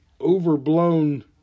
overblown